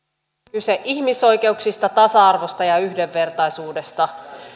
kyse ihmisoikeuksista tasa arvosta ja yhdenvertaisuudesta